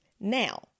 Now